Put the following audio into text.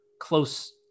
close